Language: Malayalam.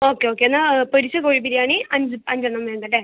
ഓക്കെ ഓക്കെ എന്നാൽ പൊരിച്ച കോഴി ബിരിയാണി അഞ്ച് അഞ്ചെണ്ണം വേണ്ടല്ലേ